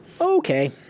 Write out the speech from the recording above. Okay